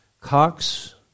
Cox